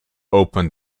opened